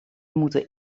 moeten